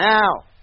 Now